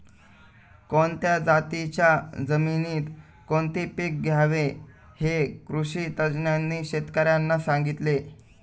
कोणत्या जातीच्या जमिनीत कोणते पीक घ्यावे हे कृषी तज्ज्ञांनी शेतकर्यांना सांगितले